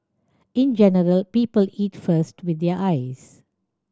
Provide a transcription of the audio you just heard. in general people eat first with their eyes